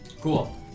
Cool